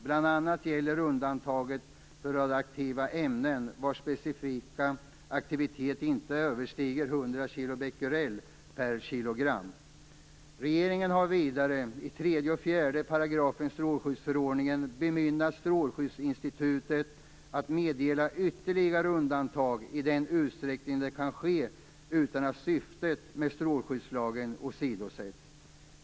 Bl.a. gäller undantaget för radioaktivt ämne vars specifika aktivitet inte överstiger 100 kilobecquerel per kilogram. Regeringen har vidare i 3 och 4 §§ strålskyddsförordningen bemyndigat Strålskyddsinstitutet att meddela ytterligare undantag i den utsträckning det kan ske utan att syftet med strålskyddslagen åsidosätts.